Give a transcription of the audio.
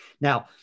Now